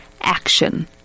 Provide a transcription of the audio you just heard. Action